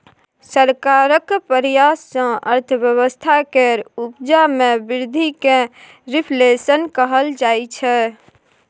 सरकारक प्रयास सँ अर्थव्यवस्था केर उपजा मे बृद्धि केँ रिफ्लेशन कहल जाइ छै